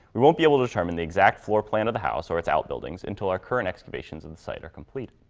we won't be able to determine the exact floor plan of the house or its outbuildings until our current excavations of the site are complete.